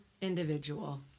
individual